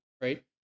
right